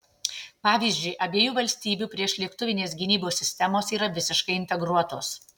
pavyzdžiui abiejų valstybių priešlėktuvinės gynybos sistemos yra visiškai integruotos